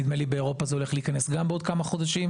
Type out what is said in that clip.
נדמה לי שבאירופה זה הולך להיכנס גם בעוד כמה חודשים.